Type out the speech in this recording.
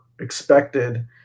expected